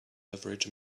average